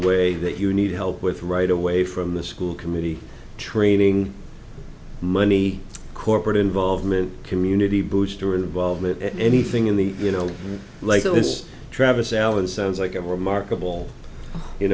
way that you need help with right away from the school committee training money corporate involvement community bush to revolve anything in the you know like it was travis allen sounds like a remarkable you